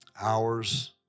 hours